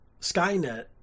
Skynet